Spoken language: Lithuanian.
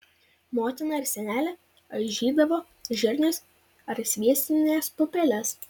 motina ir senelė aižydavo žirnius ar sviestines pupeles